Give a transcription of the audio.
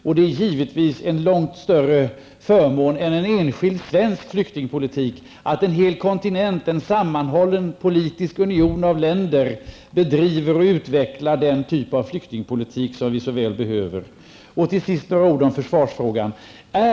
Och det är givetvis en långt större förmån för oss i Sverige att en hel kontinent, en sammanhållen politisk union av länder, bedriver och utvecklar den typ av flyktingpolitik som vi så väl behöver i stället för att vi i Sverige bedriver en enskild svensk flyktingpolitik. Till sist vill jag säga några ord om försvarsfrågan.